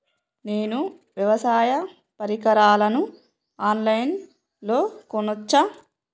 నేను వ్యవసాయ పరికరాలను ఆన్ లైన్ లో కొనచ్చా?